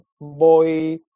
Boy